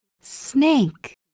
Snake